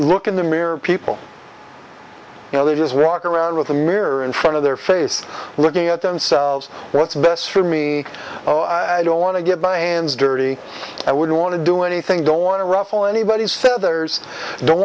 look in the mirror people you know they just rock around with a mirror in front of their face looking at themselves what's best for me oh i don't want to get my hands dirty i wouldn't want to do anything don't want to ruffle anybody's feathers don't